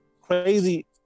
crazy